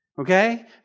Okay